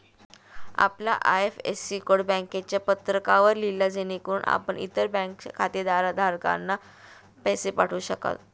आपला IFSC code बँकेच्या पत्रकावर लिहा जेणेकरून आपण इतर बँक खातेधारकांना पैसे पाठवू शकाल